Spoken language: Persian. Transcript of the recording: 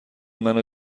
منو